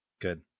good